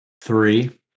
three